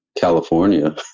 California